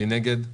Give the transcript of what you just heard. מי נגד?